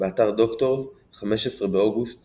באתר דוקטורס, 15 באוגוסט